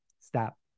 stop